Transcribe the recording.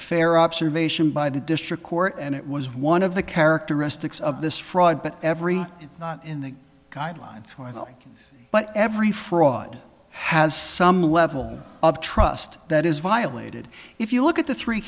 fair observation by the district court and it was one of the characteristics of this fraud but every not in the guidelines but every fraud has some level of trust that is violated if you look at the three